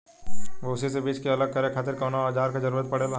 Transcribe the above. भूसी से बीज के अलग करे खातिर कउना औजार क जरूरत पड़ेला?